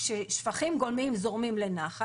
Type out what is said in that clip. כששפכים גולמיים זורמים לנחל,